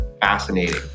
fascinating